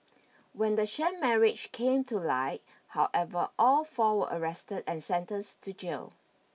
when the sham marriage came to light however all four were arrested and sentenced to jail